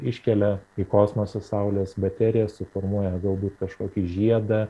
iškelia į kosmosą saulės baterijas suformuoja galbūt kažkokį žiedą